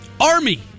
Army